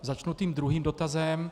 Začnu druhým dotazem.